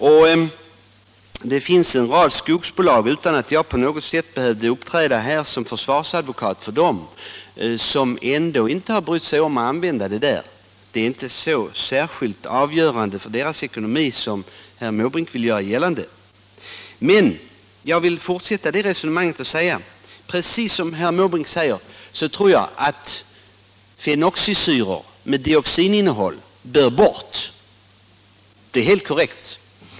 Och det finns en rad skogsbolag som - utan att jag på något sätt behöver uppträda här som försvarsadvokat för dem — ändå inte har brytt sig om att använda det medlet. Det är alltså inte så avgörande för deras ekonomi som herr Måbrink vill göra gällande. Precis som herr Måbrink tror jag att fenoxisyror med dioxininnehåll bör bort. Det är helt korrekt.